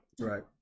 right